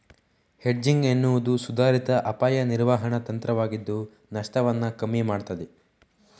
hedging ಎನ್ನುವುದು ಸುಧಾರಿತ ಅಪಾಯ ನಿರ್ವಹಣಾ ತಂತ್ರವಾಗಿದ್ದು ನಷ್ಟವನ್ನ ಕಮ್ಮಿ ಮಾಡ್ತದೆ